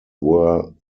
were